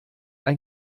ein